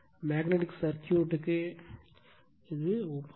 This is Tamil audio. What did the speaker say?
மேக்னட்டிக் சர்க்யூட்க்கு என்பதற்கு ஒப்பானது